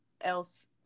else